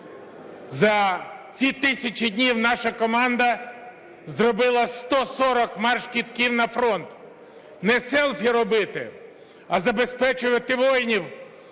За цю тисячу днів наша команда зробила 140 марш-кидків на фронт не селфі робити, а забезпечувати воїнів